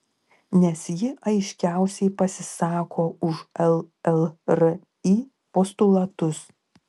nes ji aiškiausiai pasisako už llri postulatus